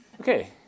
Okay